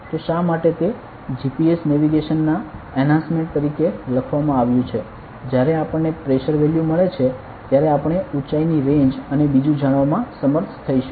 તો શા માટે તે GPS નેવિગેશન ના એન્હાન્સમેન્ટ તરીકે લખવામાં આવ્યું છે જ્યારે આપણને પ્રેશર વેલ્યુ મળે છે ત્યારે આપણે ઉચાઇની રેંજ અને બીજુ જાણવામાં સમર્થ થઈશું